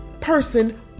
person